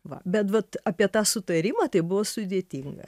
va bet vat apie tą sutarimą tai buvo sudėtinga